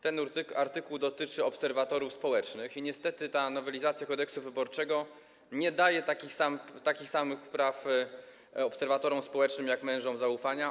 Ten artykuł dotyczy obserwatorów społecznych i niestety ta nowelizacja Kodeksu wyborczego nie daje takich samych praw obserwatorom społecznym jak mężom zaufania.